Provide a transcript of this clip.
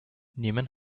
newman